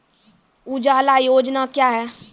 उजाला योजना क्या हैं?